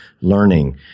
learning